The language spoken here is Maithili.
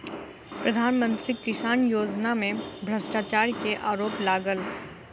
प्रधान मंत्री किसान योजना में भ्रष्टाचार के आरोप लागल